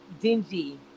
dingy